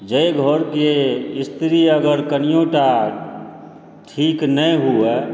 जाहि घर के स्त्री अगर कनियो टा ठीक नहि हुअ